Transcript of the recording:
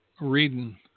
reading